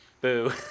Boo